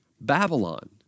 Babylon